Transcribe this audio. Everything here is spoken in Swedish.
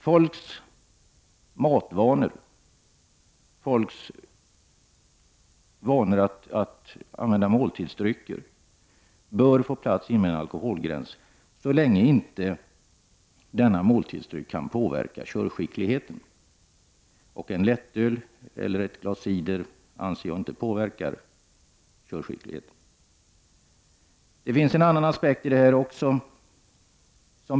Folks vanor att använda måltidsdrycker bör få plats inom en alkoholgräns så länge inte denna måltidsdryck kan påverka körskickligheten. En lättöl eller ett glas cider anser jag inte påverkar körskickligheten. Det finns även en annan aspekt på detta.